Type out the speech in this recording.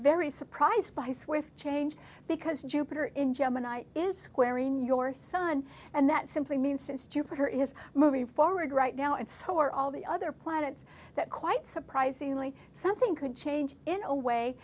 very surprised by swift change because jupiter in gemini is square in your sun and that simply means since jupiter is moving forward right now and so are all the other planets that quite surprisingly something could change in a way